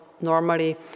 normally